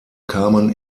kamen